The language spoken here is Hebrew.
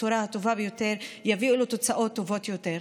בצורה הטובה ביותר יביאו לתוצאות טובות יותר.